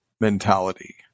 mentality